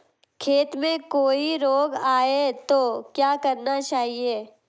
खेत में कोई रोग आये तो क्या करना चाहिए?